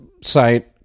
site